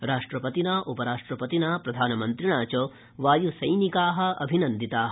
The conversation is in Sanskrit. राष्ट्रपतिना उपराष्ट्रपतिना प्रधानमन्त्रिणा च वायुसैनिका अभिनन्दिता